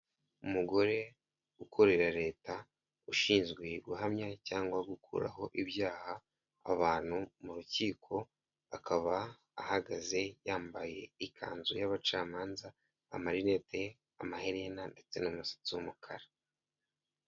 Umugore ukorera Leta, ushinzwe guhamya cyangwa gukuraho ibyaha abantu mu rukiko, akaba ahagaze yambaye ikanzu y'abacamanza, amarinete, amaherena ndetse n'umusatsi w'umukara.